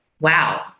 wow